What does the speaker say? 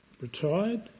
retired